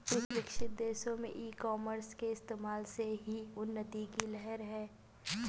विकसित देशों में ई कॉमर्स के इस्तेमाल से ही उन्नति की लहर है